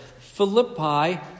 Philippi